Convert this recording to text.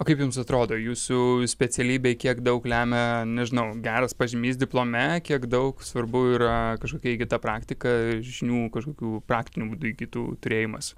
o kaip jums atrodo jūsų specialybei kiek daug lemia nežinau geras pažymys diplome kiek daug svarbu yra kažkokia kita praktika žinių kažkokių praktiniu būdu įgytų turėjimas